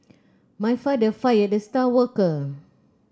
my father fired the star worker